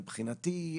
מבחינתי,